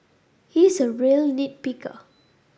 he is a real nit picker